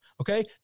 Okay